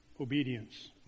obedience